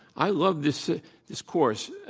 i loved this ah this course,